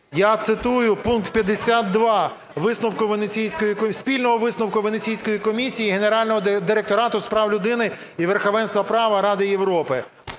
я цитую пункт 52 спільного висновку Венеційської комісії і Генерального директорату з прав людини і верховенства права Ради Європи.